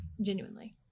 Genuinely